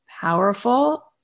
powerful